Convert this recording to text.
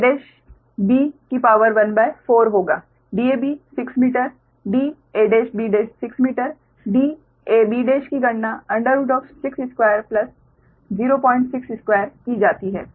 तो यह Dabdabdabdabdab14 होगा dab 6 मीटर dab 6 मीटर dabकी गणना 62062 की जाती है